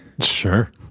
Sure